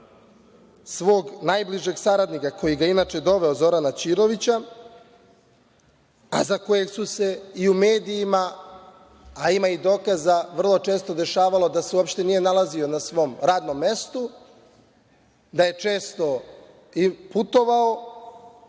svog najbližeg saradnika, koji ga je inače doveo, Zorana Ćirovića, a za kojeg su se i u medijima, a ima i dokaza, vrlo često se dešavalo da se uopšte nije nalazio na svom radnom mestu, da je često i putovao,